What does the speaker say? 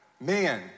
man